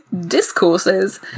discourses